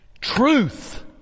Truth